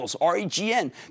R-E-G-N